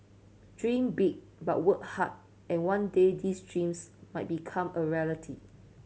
dream big but work hard and one day these dreams might become a reality